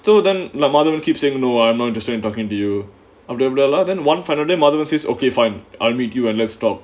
so then madhavan will keep saying no I'm I'm not interested in talking to you அப்டி அப்டியெல்லாம்:apdi apdiyellaam than one final day madhavan says okay fine I'll meet you and let's talk